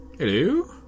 Hello